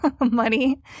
money